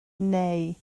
neu